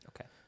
Okay